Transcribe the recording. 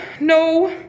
No